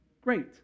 Great